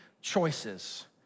choices